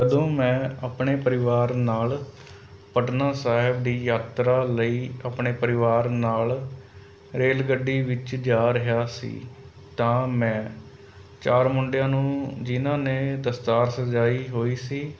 ਜਦੋਂ ਮੈਂ ਆਪਣੇ ਪਰਿਵਾਰ ਨਾਲ਼ ਪਟਨਾ ਸਾਹਿਬ ਦੀ ਯਾਤਰਾ ਲਈ ਆਪਣੇ ਪਰਿਵਾਰ ਨਾਲ਼ ਰੇਲ ਗੱਡੀ ਵਿੱਚ ਜਾ ਰਿਹਾ ਸੀ ਤਾਂ ਮੈਂ ਚਾਰ ਮੁੰਡਿਆਂ ਨੂੰ ਜਿਨ੍ਹਾਂ ਨੇ ਦਸਤਾਰ ਸਜਾਈ ਹੋਈ ਸੀ